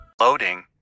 Loading